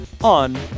on